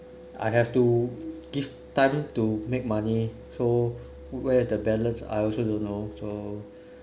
I have to give time to make money so where is the balance I also don't know so